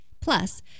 Plus